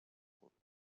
fulles